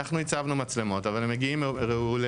אנחנו הצבנו מצלמות אבל הם מגיעים רעולי